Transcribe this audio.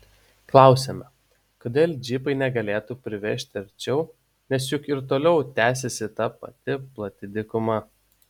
klausiame kodėl džipai negalėtų privežti arčiau nes juk ir toliau tęsiasi ta pati plati dykuma